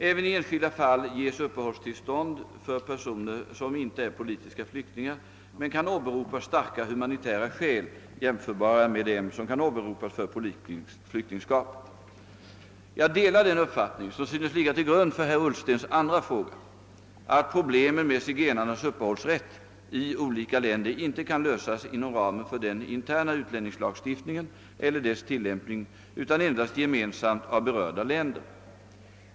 Även i enskilda fall ges uppehållstillstånd för personer som inte är politiska flyktingar men kan åberopa starka humanitära skäl jämförbara med dem som kan åberopas för politiskt flyktingskap. Jag delar den uppfattning, som synes ligga till grund för herr Ullstens andra fråga, att problemen med zigenarnas uppehållsrätt i olika länder inte kan lösas inom ramen för den interna utlänningslagstiftningen eller dess tilllämpning utan endast gemensamt av berörda länder.